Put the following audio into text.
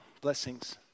Blessings